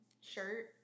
shirt